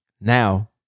now